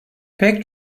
pek